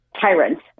tyrants